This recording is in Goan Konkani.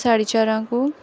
साडी चारांकू